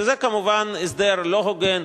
וזה כמובן הסדר לא הוגן,